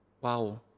Wow